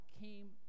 came